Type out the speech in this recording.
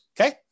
okay